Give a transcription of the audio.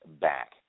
back